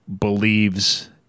believes